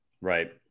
Right